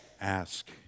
ask